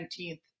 19th